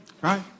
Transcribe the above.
Right